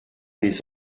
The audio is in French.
les